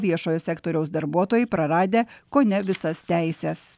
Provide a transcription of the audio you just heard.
viešojo sektoriaus darbuotojai praradę kone visas teises